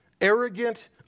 arrogant